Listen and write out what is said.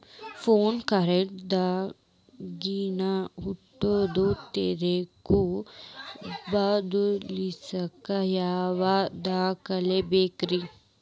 PAN card ದಾಗಿನ ಹುಟ್ಟಿದ ತಾರೇಖು ಬದಲಿಸಾಕ್ ಯಾವ ದಾಖಲೆ ಬೇಕ್ರಿ?